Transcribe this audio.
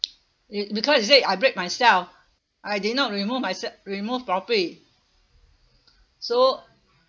it because they said I break myself I did not remove myse~ remove properly so